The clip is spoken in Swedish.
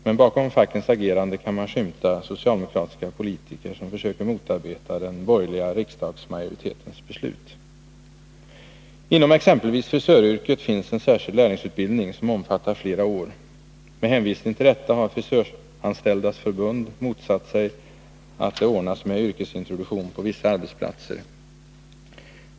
Men bakom fackens agerande kan man skymta socialdemokratiska politiker som försöker motarbeta den borgerliga riksdagsmajoritetens beslut. Inom exempelvis frisöryrket finns en särskild lärlingsutbildning som omfattar flera år. Med hänvisning till detta har Frisöranställdas förbund motsatt sig att det ordnas med yrkesintroduktion på vissa arbetsplatser.